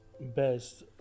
best